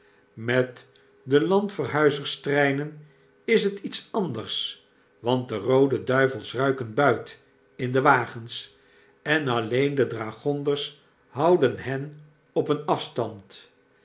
met de landverhuizerstreinen is het iets anders want de roode duivels ruiken buit in de wagens en alleen de dragonders houden hen opeenafstand het